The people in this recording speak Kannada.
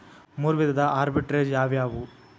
ಮೂರು ವಿಧದ ಆರ್ಬಿಟ್ರೆಜ್ ಯಾವವ್ಯಾವು?